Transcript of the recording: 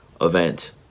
event